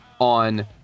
on